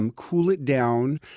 um cool it down,